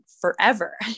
forever